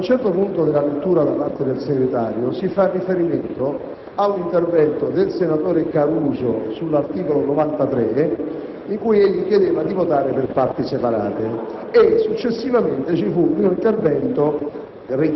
Ad un certo punto della lettura effettuata dal senatore segretario, si fa riferimento ad un intervento del senatore Caruso sull'articolo 93, in cui egli chiedeva di votare per parti separate; successivamente a quell'intervento